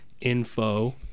info